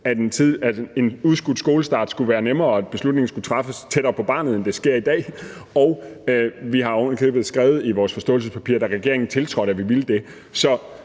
at en udskudt skolestart skulle være nemmere, og at beslutningen skulle træffes tættere på barnet, end det sker i dag. Og vi har ovenikøbet skrevet i vores forståelsespapir, da regeringen tiltrådte, at vi ville det. Så